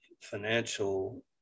financial